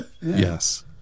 Yes